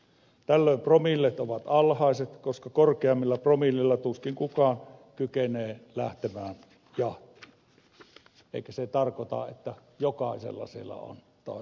tällöin promillet ovat alhaiset koska korkeammilla promilleilla tuskin kukaan kykenee lähtemään jahtiin eikä se tarkoita että jokaisella siellä on tai joka seurueella